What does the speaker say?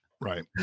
Right